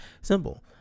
Simple